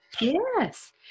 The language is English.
Yes